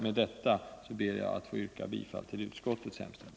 Med det anförda ber jag att få yrka bifall till utskottets hemställan.